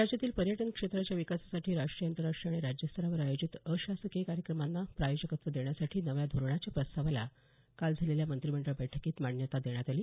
राज्यातील पर्यटन क्षेत्राच्या विकासासाठी राष्ट्रीय आंतरराष्ट्रीय आणि राज्य स्तरावर आयोजित अशासकीय कार्यक्रमांना प्रायोजकत्व देण्यासाठी नव्या धोरणाच्या प्रस्तावाला काल झालेल्या मंत्रिमंडळ बैठकीत मान्यता देण्यात आली